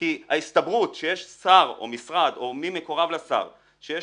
כי ההסתברות שיש שר או משרד או מי מקורב לשר שיש